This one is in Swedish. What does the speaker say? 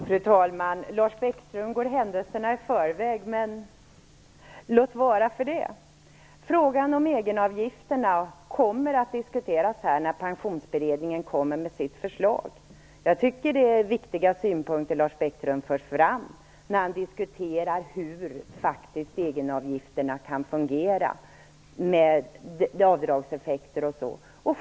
Fru talman! Lars Bäckström går händelserna i förväg, men låt vara för det. Frågan om egenavgifterna kommer att diskuteras i riksdagen när Pensionsberedningen kommer med sitt förslag. Lars Bäckström för fram viktiga synpunkter i sin diskussion av hur egenavgifterna faktiskt kan fungera, med avdragseffekter, osv.